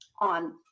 on